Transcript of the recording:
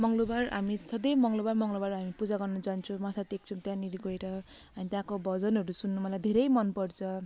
मङ्गलवार हामी सधैँ मङ्गलवार मङ्गलवार हामी पूजा गर्नु जान्छु माथा टेक्छौँ त्यहाँनेरि गएर अनि त्यहाँको भजनहरू सुन्नु मलाई धेरै मन पर्छ